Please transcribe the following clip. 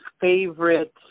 favorite